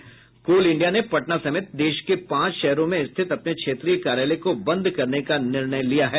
कोल इंडिया ने पटना समेत देश के पांच शहरों में स्थित अपने क्षेत्रीय कार्यालय को बंद करने का निर्णय लिया है